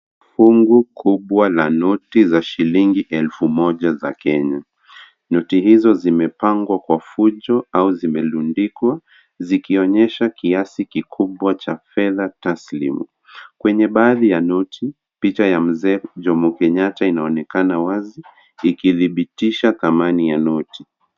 Fungu kubwa la noti za shilingi elfu moja za Kenya. Noti hizo zimepangwa kwa fujo au zimelundikwa, zikionyesha kiasi kikubwa cha fedha taslimu. Kwenye baadhi ya noti, picha ya Mzee Jomo Kenyatta inaonekana wazi, ikidhibitisha dhamani ya noti.